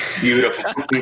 beautiful